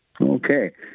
Okay